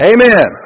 Amen